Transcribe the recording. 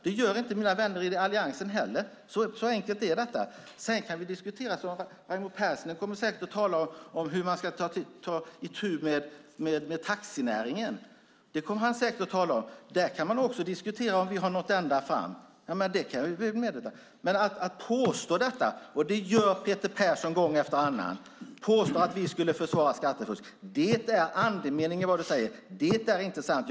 Det gör inte mina vänner i Alliansen heller. Så enkelt är det. Raimo Pärssinen kommer säkert att tala om hur man ska ta itu med taxinäringen. Där kan man också diskutera om vi har nått ända fram. Det kan jag medge. Men Peter Persson påstår gång efter annan att vi skulle försvara skattefusk. Det är andemeningen i vad du säger. Det är inte sant.